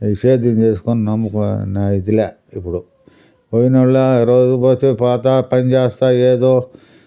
ఈ సేద్యం చేసుకుని నమ్ముకునే ఇదిలే ఇప్పుడు పోయినోళ్ళ రోజు పోతే పోతా పని చేస్తా ఏదో